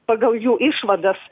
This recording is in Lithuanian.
pagal jų išvadas